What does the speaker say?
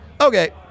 Okay